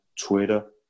Twitter